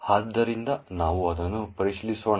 ಆದ್ದರಿಂದ ನಾವು ಅದನ್ನು ಪರಿಶೀಲಿಸೋಣ